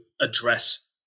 address